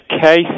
case